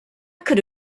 could